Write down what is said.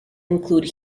include